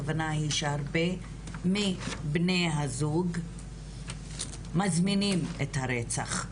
הכוונה היא שהרבה מבני הזוג מזמינים את הרצח,